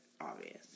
obvious